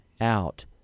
out